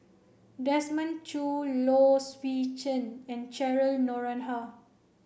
Desmond Choo Low Swee Chen and Cheryl Noronha